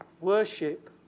Worship